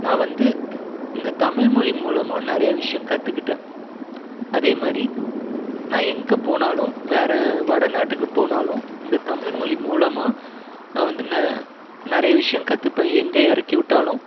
நான் வந்து இந்த தமிழ் மொழி மூலமாக நிறைய விஷயம் கற்றுக்கிட்டேன் அதே மாதிரி நான் எங்கே போனாலும் வேறு வட நாட்டுக்கு போனாலும் இந்த தமிழ் மொழி மூலமாக நான் வந்து ந நிறைய விஷயம் கற்றுப்பேன் எங்கே இறக்கி விட்டாலும்